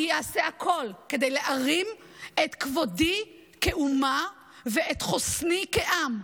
אני אעשה הכול כדי להרים את כבודי כאומה ואת חוסני כעם.